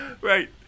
right